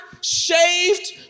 shaved